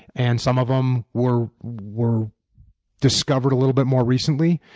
and some of them were were discovered a little bit more recently.